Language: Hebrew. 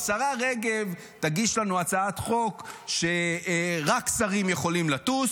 השרה רגב תגיש לנו הצעת חוק שרק שרים יכולים לטוס,